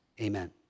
Amen